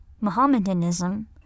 Mohammedanism